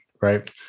right